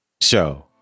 Show